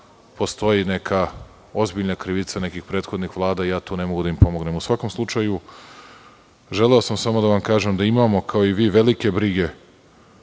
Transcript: da postoji neka ozbiljna krivica nekih prethodnih vlada, ja tu ne mogu da im pomognem.U svakom slučaju, želeo sam samo da vam kažem da imamo, kao i vi, velike brige